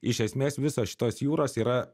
iš esmės visos šitos jūros yra